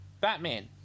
Batman